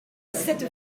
cette